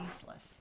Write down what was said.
useless